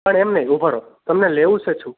પણ એમ નહીં ઊભા રહો તમને લેવું છે શું